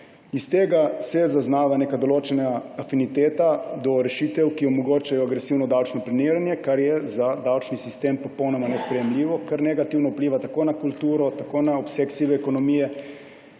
Iz tega se zaznava neka določena afiniteta do rešitev, ki omogočajo agresivno davčno planiranje, kar je za davčni sistem popolnoma nesprejemljivo, ker negativno vpliva na kulturo, na obseg sive ekonomije,